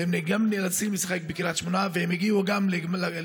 והם נאלצים לשחק בקריית שמונה, והם הגיעו גם לגמר,